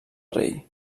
rei